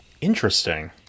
Interesting